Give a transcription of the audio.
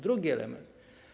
Drugi element.